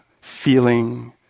feeling